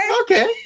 okay